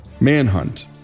Manhunt